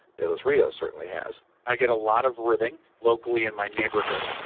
de los rios certainly has i get a lot of ribbing locally in my neighborhood.